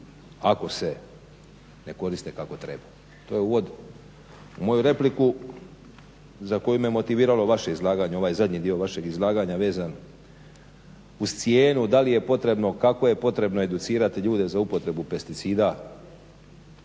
ako se ne koriste kako treba. To je uvod u moju repliku za koju je motiviralo vaše izlaganje, ovaj zadnji dio vašeg izlaganja vezan uz cijenu da li je potrebno, kako je potrebno educirati ljude za upotrebu pesticida.